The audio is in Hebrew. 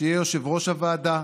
יושב-ראש הוועדה,